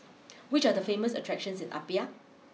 which are the famous attractions in Apia